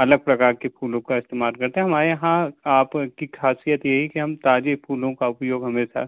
अलग प्रकार के फूलों का इस्तेमाल करते हैं हमारे यहाँ आपकी ख़ासियत यही कि हम ताज़े फूलों का उपयोग हमेशा